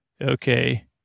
okay